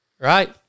right